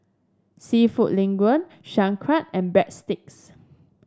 seafood Linguine Sauerkraut and Breadsticks